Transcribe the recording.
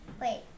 Wait